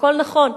הכול נכון,